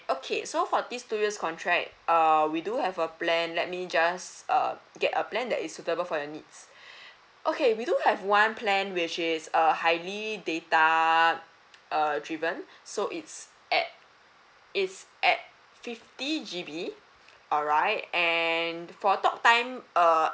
okay so for this two years contract uh we do have a plan let me just uh get a plan that is suitable for your needs okay we do have one plan which is uh highly data uh driven so it's at it's at fifty G_B alright and for talk time uh